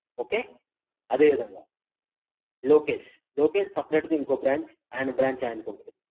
okay other you them or locate no case of letting go branch and branch and